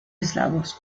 eslavos